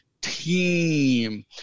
team